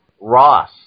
ross